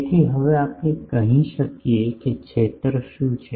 તેથી હવે આપણે કહી શકીએ કે ક્ષેત્ર શું છે